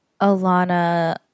Alana